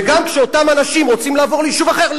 וגם כשאותם אנשים רוצים לעבור ליישוב אחר,